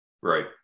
Right